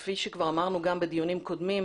כפי שגם אמרנו בדיונים קודמים,